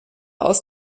aus